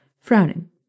Frowning